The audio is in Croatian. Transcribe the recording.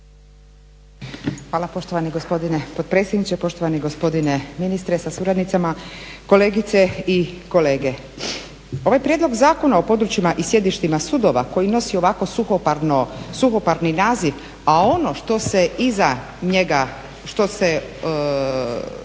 Hvala poštovani gospodine potpredsjedniče, poštovani gospodine ministre sa suradnicama, kolegice i kolege. Ovaj Prijedlog Zakona o područjima i sjedištima sudova koji nosi ovako suhoparni naziv a ono što se iza njega, što se